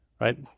right